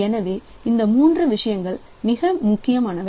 எனவே இந்த மூன்று விஷயங்கள் மிக முக்கியமானவை